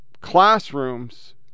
classrooms